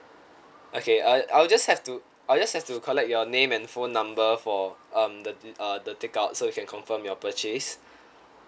okay uh I'll just have to I'll just have to collect your name and phone number for um the uh the take out so we can confirm your purchase